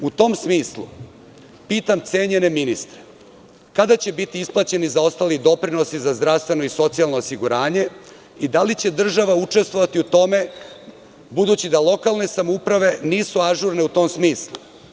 U tom smislu pitam cenjene ministre – kada će biti isplaćeni zaostali doprinosi za zdravstveno i socijalno osiguranje i da li će država učestvovati u tome, budući da lokalne samouprave nisu ažurne u tom smislu?